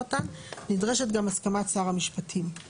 נדרשת גם הסכמת שר המשפטים";